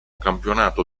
campionato